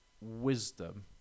wisdom